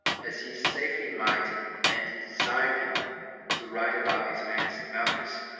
as he safely might and desired him to write about these matters to malchus,